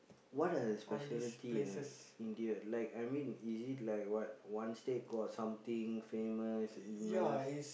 what are the speciality ah India like I mean is it like what one state got something famous another